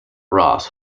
ross